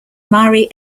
marie